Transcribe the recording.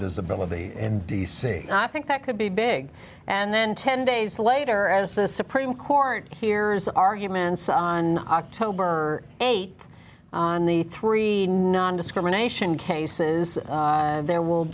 visibility in d c i think that could be big and then ten days later as the supreme court hears arguments on october th on the three nondiscrimination cases there will